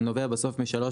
הוא נובע בסוף משלוש